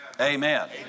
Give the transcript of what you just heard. Amen